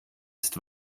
ist